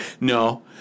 no